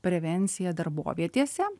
prevenciją darbovietėse